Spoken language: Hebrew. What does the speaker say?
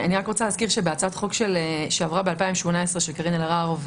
אני רק רוצה להזכיר שבהצעת החוק שעברה ב-2018 של קארין אלהרר,